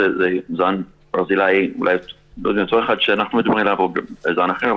זן ברזילאי אולי זה אותו אחד שאנחנו מדברים עליו או זן אחר,